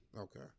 Okay